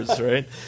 right